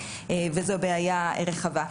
וזאת בעיה רחבה.